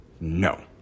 No